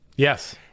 Yes